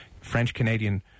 French-Canadian